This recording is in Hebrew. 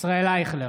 ישראל אייכלר,